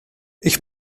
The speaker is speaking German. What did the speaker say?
ich